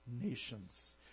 nations